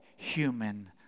Human